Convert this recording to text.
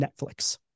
Netflix